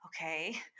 okay